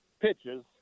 pitches